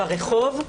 ברחוב,